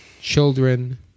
children